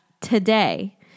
today